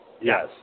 Yes